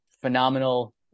phenomenal